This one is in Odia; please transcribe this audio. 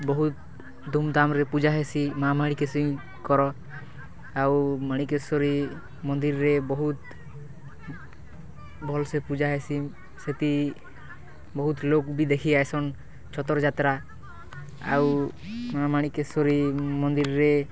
ବହୁତ ଧୁମ୍ଧାମ୍ରେ ପୂଜା ହେସି ମା ମାଣିକେଶ୍ୱରୀଙ୍କର ଆଉ ମାଣିକେଶ୍ୱରୀ ମନ୍ଦିର୍ରେ ବହୁତ ଭଲସେ ପୂଜା ହେସି ସେତି ବହୁତ ଲୋକ ବି ଦେଖି ଆସନ୍ ଛତର୍ ଯାତ୍ରା ଆଉ ମା ମାଣିକେଶ୍ୱରୀ ମନ୍ଦିର୍ରେ